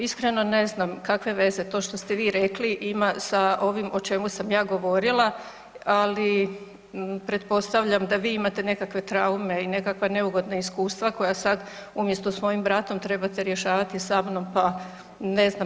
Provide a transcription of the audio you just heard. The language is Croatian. Iskreno ne znam kakve veze to što ste vi rekli ima sa ovim o čemu sam ja govorila, ali pretpostavljam da vi imate nekakve traume i nekakva neugodna iskustva koja sad umjesto s mojim bratom trebate rješavati sa mnom, pa ne znam.